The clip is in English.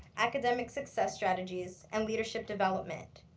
academic success strategies, and leadership development.